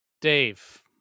Dave